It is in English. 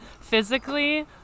physically